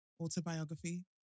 autobiography